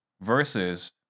versus